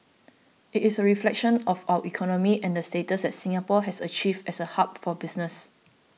it is a reflection of our economy and the status that Singapore has achieved as a hub for business